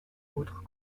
autres